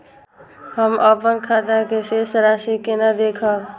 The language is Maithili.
हम अपन खाता के शेष राशि केना देखब?